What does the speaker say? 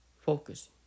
focus